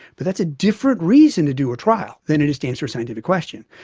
but that's a different reason to do a trial than it is to answer a scientific question.